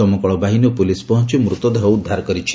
ଦମକଳ ବାହିନୀ ଓ ପୋଲିସ ପହଞ୍ ମୃତଦେହ ଉଦ୍ଧାର କରିଛି